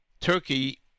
Turkey